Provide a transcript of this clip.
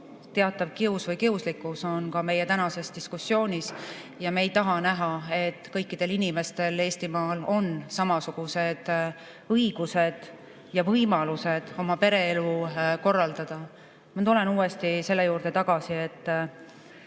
teatav kius või kiuslikkus on ka meie tänases diskussioonis. Me ei taha näha, et kõikidel inimestel Eestimaal on samasugused õigused ja võimalused oma pereelu korraldada. Ma tulen uuesti tagasi selle juurde, et